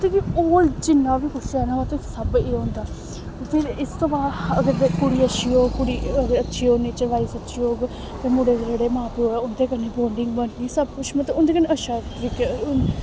ते फिर होर जि'न्ना बी कुछ ऐ ना ओह् ते सब्ब एह् होंदा फिर इस तूं बाद अगर कुड़ी अच्छी होग कुड़ी अगर अच्छी होग नेचरवाइज अच्छी होग ते मुड़े दे जेह्ड़े मां प्योऽ ऐ उं'दे कन्नै बोंडिंग बनदी सबकुछ मतलब उं'दे कन्नै अच्छा तरीके